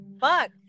Fuck